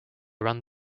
run